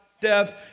Death